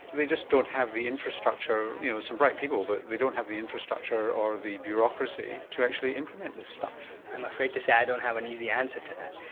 they just don't have the infrastructure, you know some bright people but they don't have the infrastructure or the bureaucracy to actually implement this stuff. i'm afraid to say i don't have an easy answer to that.